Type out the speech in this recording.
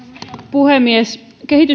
puhemies